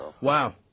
Wow